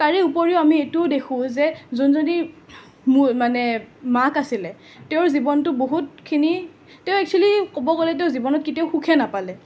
তাৰে উপৰিও আমি এইটোও দেখোঁ যে যোনজনী মো মানে মাক আছিলে তেওঁৰ জীৱনটো বহুতখিনি তেওঁ এক্সোৱেলি ক'ব গ'লেতো জীৱনত কেতিয়াও সুখেই নাপালে